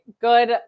good